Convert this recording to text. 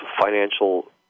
financial